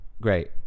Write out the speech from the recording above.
great